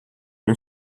non